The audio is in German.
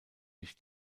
sich